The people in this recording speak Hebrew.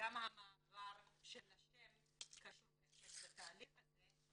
המעבר של השם קשור בהחלט לתהליך הזה.